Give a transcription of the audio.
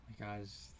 guys